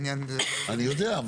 אני יודע.